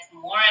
more